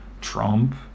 Trump